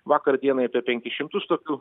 vakar dienai apie penkis šimtus tokių